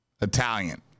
Italian